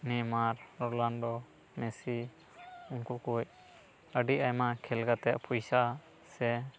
Neymar Ronaldo Messi ᱩᱱᱠᱩ ᱠᱩᱪ ᱟᱹᱰᱤ ᱟᱭᱢᱟ ᱠᱷᱮᱞ ᱠᱟᱛᱮᱫ ᱯᱚᱭᱥᱟ ᱥᱮ